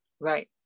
Right